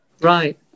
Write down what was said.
right